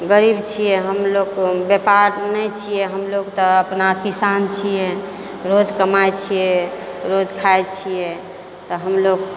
गरीब छियै हमलोग व्यापार नहि छियै हमलोग तऽ अपना किसान छियै रोज कमाइ छियै रोज खाइ छियै तऽ हमलोग